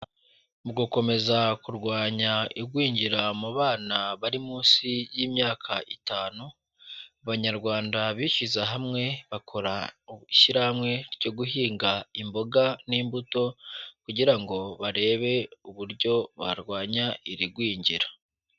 Mu gukomeza kurwanya igwingira mu bana bari munsi y'imyaka itanu, Abanyarwanda bishyize hamwe bakora ishyirahamwe ryo guhinga imboga n'imbuto kugira ngo barebe uburyo barwanya iri gwingira.